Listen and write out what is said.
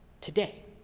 today